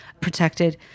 protected